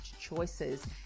choices